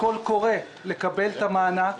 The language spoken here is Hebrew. קול קורא לקבל את המענק.